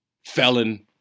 Felon